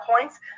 points